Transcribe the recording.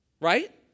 Right